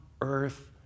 earth